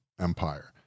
empire